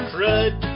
Crud